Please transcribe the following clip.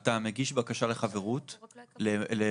אתה מגיש בקשה לחברות, למועמדות,